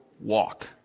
walk